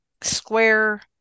square